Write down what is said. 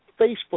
Facebook